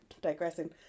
digressing